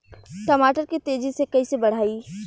टमाटर के तेजी से कइसे बढ़ाई?